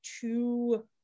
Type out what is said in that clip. two